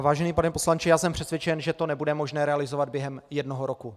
Vážený pane poslanče, jsem přesvědčen, že to nebude možné realizovat během jednoho roku.